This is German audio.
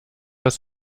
das